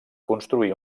construir